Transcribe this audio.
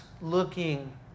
looking